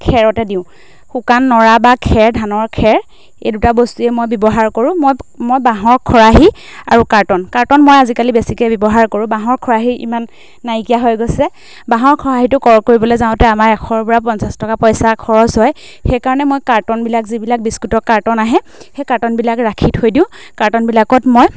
খেৰতে দিওঁ শুকান নৰা বা খেৰ ধানৰ খেৰ এই দুটা বস্তুৱে মই ব্যৱহাৰ কৰোঁ মই মই বাঁহৰ খৰাহী আৰু কাৰ্টন কাৰ্টন মই আজিকালি বেছিকৈ ব্যৱহাৰ কৰোঁ বাঁহৰ খৰাহী ইমান নাইকিয়া হৈ গৈছে বাঁহৰ খৰাহীটো ক্ৰয় কৰিবলৈ যাওঁতে আমাৰ এশৰ পৰা পঞ্চাছ টকা পইচা খৰচ হয় সেইকাৰণে মই কাৰ্টনবিলাক যিবিলাক বিস্কুটৰ কাৰ্টন আহে সেই কাৰ্টনবিলাক ৰাখি থৈ দিওঁ কাৰ্টনবিলাকত মই